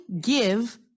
give